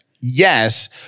Yes